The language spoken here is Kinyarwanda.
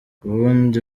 ubundi